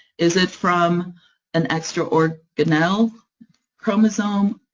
is it from an extra organelle chromosome,